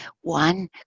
One